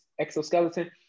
exoskeleton